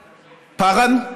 פּארן.